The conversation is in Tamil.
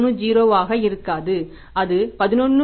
30 ஆக இருக்காது அது 11